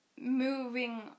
moving